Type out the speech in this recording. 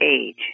age